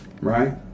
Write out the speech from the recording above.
right